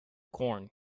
corn